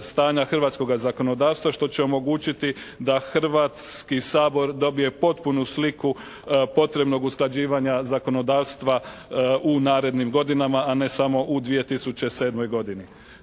stanja hrvatskoga zakonodavstva što će omogućiti da Hrvatski sabor dobije potpunu sliku potrebnog usklađivanja zakonodavstva u narednim godinama a ne samo u 2007. godini.